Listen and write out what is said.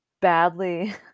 badly